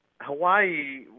Hawaii